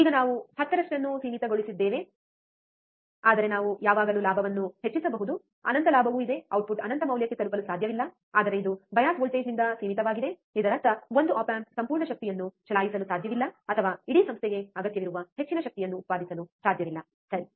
ಈಗ ನಾವು 10 ರಷ್ಟನ್ನು ಸೀಮಿತಗೊಳಿಸಿದ್ದೇವೆ ಆದರೆ ನಾವು ಯಾವಾಗಲೂ ಲಾಭವನ್ನು ಹೆಚ್ಚಿಸಬಹುದು ಅನಂತ ಲಾಭವೂ ಇದೆ ಔಟ್ಪುಟ್ ಅನಂತ ಮೌಲ್ಯಕ್ಕೆ ತಲುಪಲು ಸಾಧ್ಯವಿಲ್ಲ ಆದರೆ ಇದು ಬಯಾಸ್ ವೋಲ್ಟೇಜ್ ನಿಂದ ಸೀಮಿತವಾಗಿದೆ ಇದರರ್ಥ ಒಂದು ಆಪ್ ಆಂಪ್ ಸಂಪೂರ್ಣ ಶಕ್ತಿಯನ್ನು ಚಲಾಯಿಸಲು ಸಾಧ್ಯವಿಲ್ಲ ಅಥವಾ ಇಡೀ ಸಂಸ್ಥೆಗೆ ಅಗತ್ಯವಿರುವ ಹೆಚ್ಚಿನ ಶಕ್ತಿಯನ್ನು ಉತ್ಪಾದಿಸಲು ಸಾಧ್ಯವಿಲ್ಲ ಸರಿ